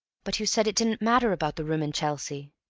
but you said it didn't matter about the room in chelsea?